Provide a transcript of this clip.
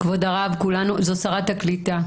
כבוד הרב, זאת שרת הקליטה.